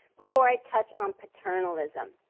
before i touch on paternalism.